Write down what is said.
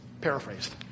paraphrased